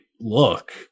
look